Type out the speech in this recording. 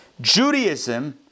Judaism